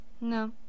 No